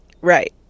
Right